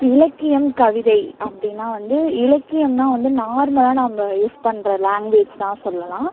இலக்கியம் கவிதை அப்படின்னா வந்து இலக்கியம்னால் வந்து நார்மலாக நம்ம யூஸ் பண்ணுற லாங்குவேஜ் தான் சொல்லலாம்